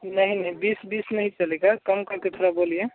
नहीं नहीं बीस बीस नहीं चलेगा कम कर के थोड़ा बोलिए